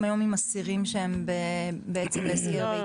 היום עם אסירים שהם בעצם בהסגר ביתי?